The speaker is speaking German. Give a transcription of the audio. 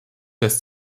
lässt